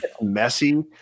messy